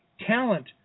Talent